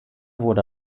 wurde